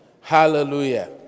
Hallelujah